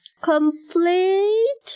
Complete